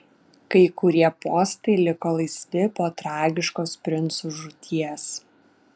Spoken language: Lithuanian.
kai kurie postai liko laisvi po tragiškos princų žūties